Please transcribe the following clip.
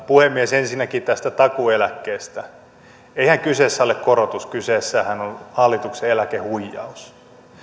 puhemies ensinnäkin tästä takuueläkkeestä eihän kyseessä ole korotus kyseessähän on hallituksen eläkehuijaus